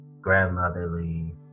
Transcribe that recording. grandmotherly